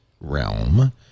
realm